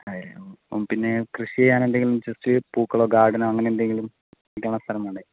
മ്മ് പിന്നെ കൃഷി ചെയ്യാൻ എന്തെങ്കിലും ഇൻട്രസ്റ്റ് പൂക്കളോ ഗാർഡനോ അങ്ങനെയെന്തെങ്കിലും വെക്കാനുള്ള സ്ഥലം വേണ്ടേ